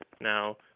Now